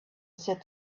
said